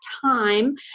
time